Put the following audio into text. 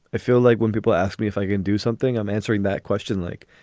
i feel like when people ask me if i can do something, i'm answering that question like,